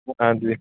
ਹਾਂਜੀ